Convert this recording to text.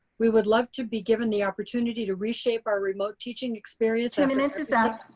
we would love to be given the opportunity to reshape our remote teaching experience and minutes is up.